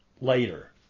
later